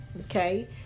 okay